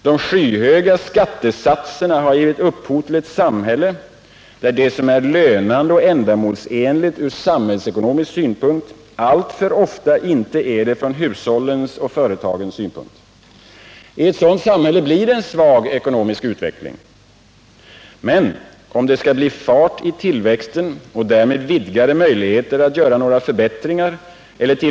De skyhöga skattesatserna har givit upphov till ett samhälle, där det som är lönande och ändamålsenligt ur samhällsekonomisk synvinkel alltför ofta inte är det från hushållens och företagens synpunkt. I ett sådant samhälle blir det en svag ekonomisk utveckling. Men om det skall bli fart i tillväxten och därmed vidgade möjligheter att göra några förbättringar eller t.